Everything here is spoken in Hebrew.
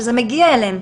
שזה מגיע אליהם.